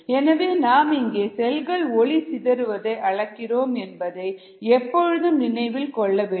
எனவே நாம் இங்கே செல்கள் ஒளி சிதறுவதை அளக்கிறோம் என்பதை எப்பொழுதும் நினைவில் கொள்ள வேண்டும்